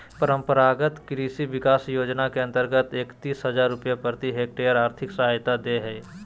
परम्परागत कृषि विकास योजना के अंतर्गत एकतीस हजार रुपया प्रति हक्टेयर और्थिक सहायता दे हइ